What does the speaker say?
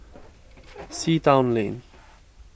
Sea Town Lane